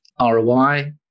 ROI